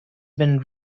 been